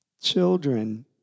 children